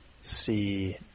see